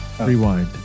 rewind